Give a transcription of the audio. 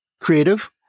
creative